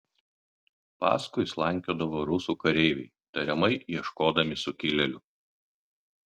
paskui slankiodavo rusų kareiviai tariamai ieškodami sukilėlių